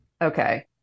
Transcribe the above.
Okay